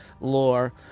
lore